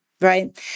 right